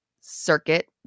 Circuit